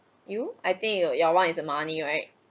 you I think you your one is the money right